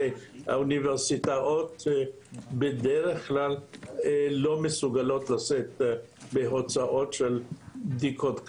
האוניברסיטאות בדרך כלל לא מסוגלות לשאת בהוצאות של בדיקות קליניות,